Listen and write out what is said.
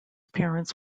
parents